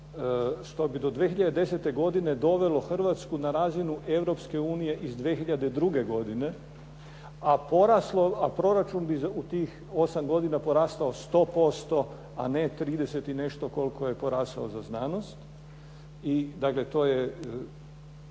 što bi do 2010. godine dovelo Hrvatsku na razinu Europske unije iz 2002. godine, a proračun bi u tih 8 godina porastao 100%, a ne 30 i nešto koliko je porasao za znanost. I dakle to je,